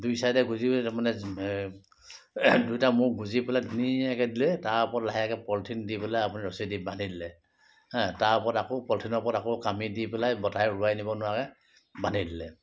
দুই ছাইডে গোঁজি মানে দুয়োটা মূৰ গোঁজি পেলাই ধুনীয়াকৈ দিলে তাৰ ওপৰত লাহেকৈ পলিথিন দি পেলাই আপুনি ৰছী দি বান্ধি দিলে তাৰ ওপৰত আকৌ পলিথিনৰ ওপৰত আকৌ কামি দি পেলাই বতাহে উৰুৱাই নিব নোৱাৰাকৈ বান্ধি দিলে